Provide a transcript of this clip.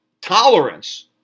tolerance